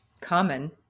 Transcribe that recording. common